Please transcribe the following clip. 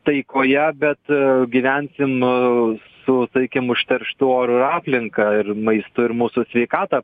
taikoje bet gyvensim su sakykim užterštu oru ir aplinka ir maistu ir mūsų sveikata